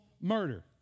murder